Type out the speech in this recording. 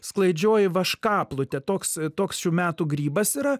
sklaidžioji vaškaplute toks toks šių metų grybas yra